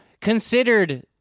Considered